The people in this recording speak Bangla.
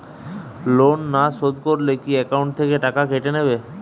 লোন না শোধ করলে কি একাউন্ট থেকে টাকা কেটে নেবে?